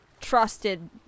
trusted